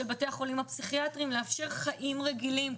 של בתי החולים הפסיכיאטריים לאפשר חיים רגילים.